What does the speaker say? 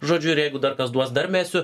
žodžiu ir jeigu dar kas duos dar mesiu